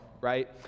right